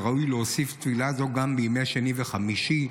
וראוי להוסיף תפילה זו גם בימי שני וחמישי,